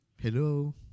Hello